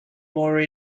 more